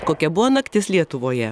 kokia buvo naktis lietuvoje